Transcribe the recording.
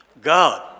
god